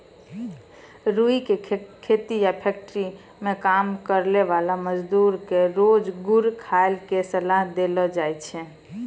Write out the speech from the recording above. रूई के खेत या फैक्ट्री मं काम करै वाला मजदूर क रोज गुड़ खाय के सलाह देलो जाय छै